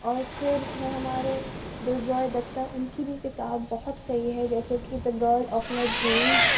اور پھر ہیں ہمارے دجوئے دتا ان کی بھی کتاب بہت صحیح ہے جیسے کہ the goal of my dreams